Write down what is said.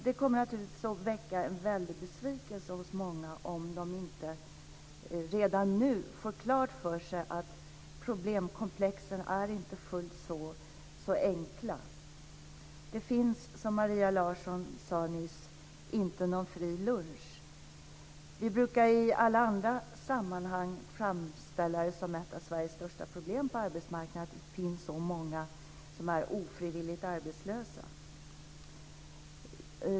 Det kommer naturligtvis att framkalla en stor besvikelse hos många om man inte redan nu får klart för sig att problemkomplexen inte är fullt så enkla. Som Maria Larsson nyss sade finns det inte någon fri lunch. I alla andra sammanhang brukar vi som ett av Sveriges största problem på arbetsmarknaden peka på att det finns så många som är ofrivilligt arbetslösa.